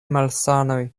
malsanoj